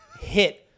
hit